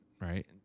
right